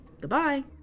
Goodbye